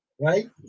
Right